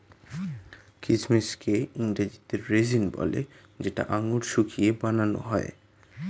কিচমিচকে ইংরেজিতে রেজিন বলে যেটা আঙুর শুকিয়ে বানান হয়